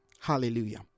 Hallelujah